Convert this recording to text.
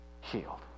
healed